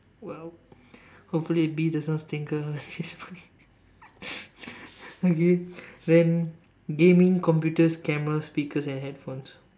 !wow! hopefully be the self stinker okay then gaming computers cameras speakers and headphones